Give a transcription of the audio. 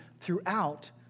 throughout